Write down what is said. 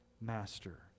master